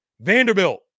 Vanderbilt